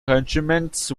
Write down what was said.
regiments